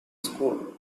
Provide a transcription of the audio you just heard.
school